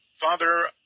father